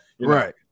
right